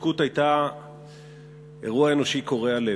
ההתנתקות הייתה אירוע אנושי קורע לב.